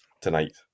tonight